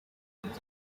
ati